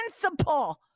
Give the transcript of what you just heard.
principle